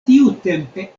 tiutempe